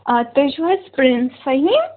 آ تُہۍ چھِ حظ پِرٛنٛس فٔہیٖم